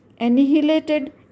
annihilated